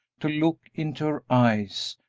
to look into her eyes,